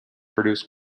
produce